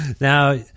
now